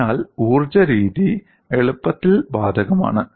അതിനാൽ ഊർജ്ജ രീതി എളുപ്പത്തിൽ ബാധകമാണ്